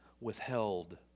withheld